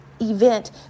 event